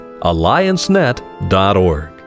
alliancenet.org